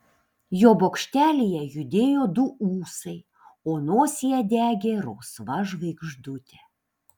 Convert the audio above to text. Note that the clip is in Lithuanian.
jo bokštelyje judėjo du ūsai o nosyje degė rausva žvaigždutė